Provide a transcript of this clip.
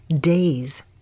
days